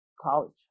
college